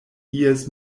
ies